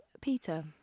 Peter